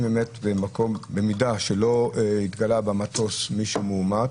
במידה שלא התגלה במטוס מישהו מאומת,